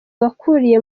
wakuriye